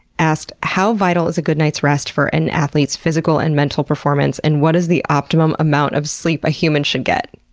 asked how vital is a good night's rest for an athlete's physical and mental performance and what is the optimum amount of sleep a human should get?